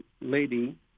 lady